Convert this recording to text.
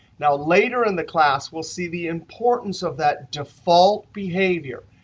now, later in the class, we'll see the importance of that default behavior.